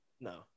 No